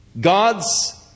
God's